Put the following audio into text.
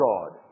God